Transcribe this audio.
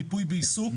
ריפוי בעיסוק,